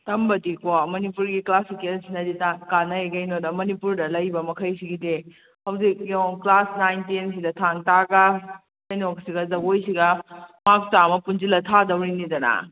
ꯇꯝꯕꯗꯤꯀꯣ ꯃꯅꯤꯄꯨꯔꯤꯒꯤ ꯀ꯭ꯂꯥꯁ ꯁꯦꯀꯦꯟꯁꯤꯅ ꯁꯤꯅꯗꯤ ꯀꯥꯟꯅꯩ ꯀꯩꯅꯣꯗ ꯃꯅꯤꯄꯨꯔꯗ ꯂꯩꯕ ꯃꯈꯩꯁꯤꯒꯤꯗꯤ ꯍꯧꯖꯤꯛ ꯌꯦꯡꯉꯣ ꯀ꯭ꯂꯥꯁ ꯅꯥꯏꯟ ꯇꯦꯟꯁꯤꯗ ꯊꯥꯡ ꯇꯥꯒ ꯀꯩꯅꯣꯁꯤꯒ ꯖꯒꯣꯏꯁꯤꯒ ꯃꯥꯔꯛ ꯆꯥꯝꯃ ꯄꯨꯟꯁꯤꯜꯂ ꯊꯥꯗꯧꯔꯤꯅꯤꯗꯅ